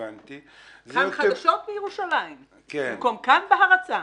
החדשות מירושלים" במקום "כאן בהרצה".